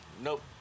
nope